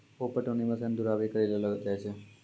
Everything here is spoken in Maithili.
उप पटौनी मशीन द्वारा भी करी लेलो जाय छै